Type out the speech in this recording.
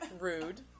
Rude